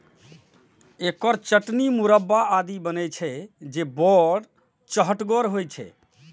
एकर चटनी, मुरब्बा आदि बनै छै, जे बड़ चहटगर होइ छै